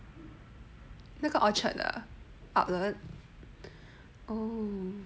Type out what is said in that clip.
那个 orchard 的 outlet